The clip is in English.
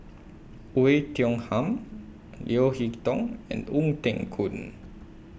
Oei Tiong Ham Leo Hee Tong and Ong Teng Koon